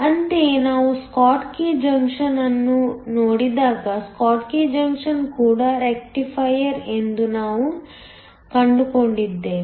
ಅಂತೆಯೇ ನಾವು Schottky junction ಅನ್ನು ನೋಡಿದಾಗ ಸ್ಕಾಟ್ಕಿ ಜಂಕ್ಷನ ಕೂಡ ರೆಕ್ಟಿಫೈಯರ್ ಎಂದು ನಾವು ಕಂಡುಕೊಂಡಿದ್ದೇವೆ